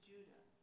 Judah